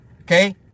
Okay